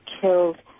killed